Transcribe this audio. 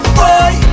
boy